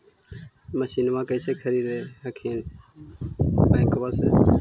मसिनमा कैसे खरीदे हखिन बैंकबा से?